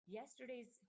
yesterday's